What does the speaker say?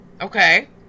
Okay